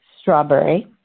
strawberry